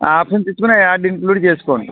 ఆ ఆప్షన్స్ ఇచ్చుకుని ఆ యాప్ ఇంక్లూడ్ చేసుకోండి